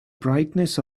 brightness